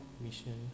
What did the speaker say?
mission